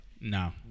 No